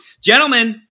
Gentlemen